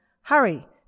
Hurry